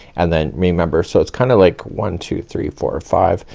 and then remember, so it's kind of like one two three four five.